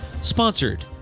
Sponsored